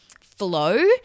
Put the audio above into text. flow